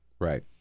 Right